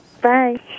Bye